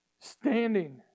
standing